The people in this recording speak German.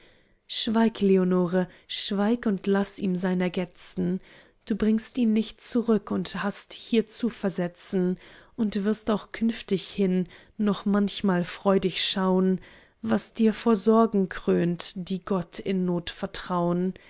schweig leonore schweig und laß ihm sein ergetzen du bringst ihn nicht zurück und hast hier zu versetzen und wirst auch künftighin noch manchmal freudig schaun was die vor sorgen krönt die gott in not vertraun